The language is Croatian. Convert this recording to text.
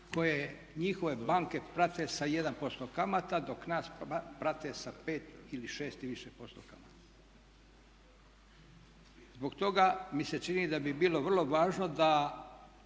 koje njihove banke prate sa 1% kamata dok nas prate sa 5 ili 6 i više posto kamata. Zbog toga mi se čini da bi bilo vrlo važno da